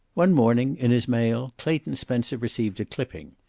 one morning, in his mail, clayton spencer received a clipping.